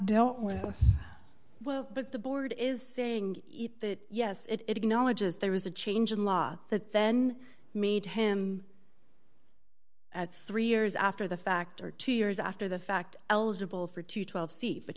dealt with well but the board is saying yes it acknowledges there was a change in law that then made him at three years after the fact or two years after the fact eligible for to twelve seat but